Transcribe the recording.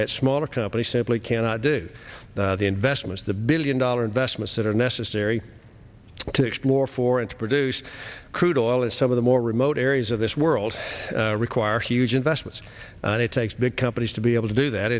that smaller companies simply cannot do the investments the billion dollar investments that are necessary to explore for it to produce crude oil as some of the more remote areas of this world require huge investments and it takes big companies to be able to do that